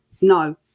no